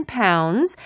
pounds